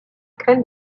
crème